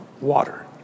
water